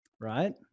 right